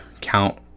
count